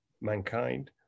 mankind